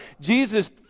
jesus